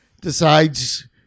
decides